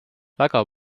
väga